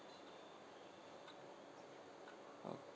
uh